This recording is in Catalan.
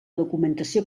documentació